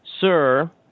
Sir